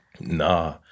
Nah